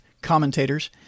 commentators